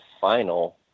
final